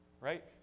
Right